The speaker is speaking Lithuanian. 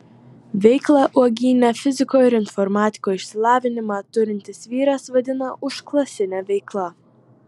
veiklą uogyne fiziko ir informatiko išsilavinimą turintis vyras vadina užklasine veikla